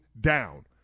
down